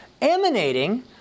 emanating